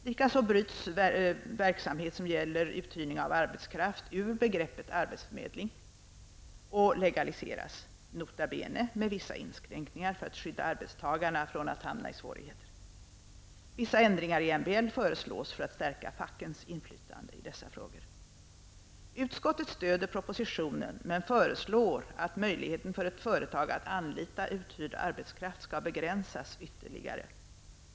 Likaså bryts verksamheter som gäller uthyrning av arbetskraft ur begreppet arbetsförmedling och legaliseras -- nota bene med vissa inskränkningar för att skydda arbetstagarna från att hamna i svårigheter. Vissa ändringar i MBL förelås för att stärka fackens inflytande i dessa frågor. Utskottet stödjer propositionen men föreslår att möjligheter för ett företag att anlita uthyrd arbetskraft skall begränsas ytterligare.